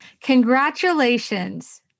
Congratulations